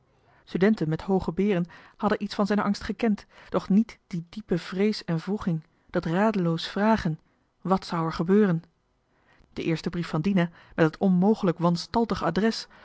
studenten met hooge beren hadden iets van zijn angst gekend doch niet die diepe vrees en wroeging dat radeloos vragen wat zou er gebeuren de eerste brief van dina met het onmogelijk wanstaltig adres